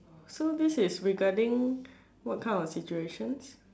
so this regarding what kind of situations